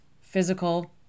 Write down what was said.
physical